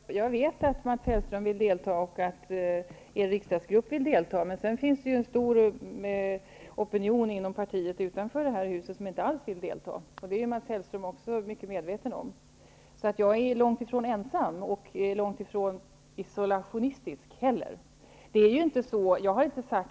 Herr talman! Jag vet att Mats Hellström och den socialdemokratiska riksdagsgruppen vill delta. Men därutöver finns det en stor opinion inom partiet utanför det här huset som inte alls vill delta. Det är Mats Hellström mycket medveten om. Jag är alltså långt ifrån ensam och långt ifrån Jag har,